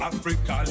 Africa